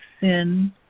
sin